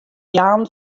jaan